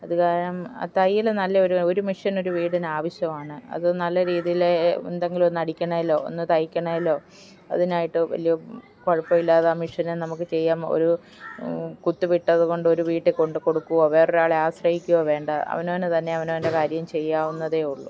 അത് കാരണം തയ്യൽ നല്ല ഒരു ഒരു മിഷൻ ഒരു വീടിന് ആവശ്യമാണ് അത് നല്ല രീതിയിൽ എന്തെങ്കിലും ഒന്ന് അടിക്കണതിലോ ഒന്ന് തയ്ക്കണതിലോ അതിനായിട്ട് വലിയ കുഴപ്പമില്ലാതെ ആ മെഷനിൽ നമുക്ക് ചെയ്യാം ഒരു കുത്തു വിട്ടത് കൊണ്ട് ഒരു വീട്ടിൽ കൊണ്ടു കൊടുക്കുകയോ വേറൊരാളെ ആശ്രയിക്കുകയോ വേണ്ട അവനവന് തന്നെ അവനവൻ്റെ കാര്യം ചെയ്യാവുന്നതേ ഉള്ളൂ